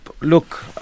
look